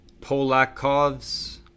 Polakovs